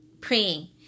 praying